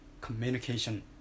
Communication